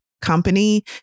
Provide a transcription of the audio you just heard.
company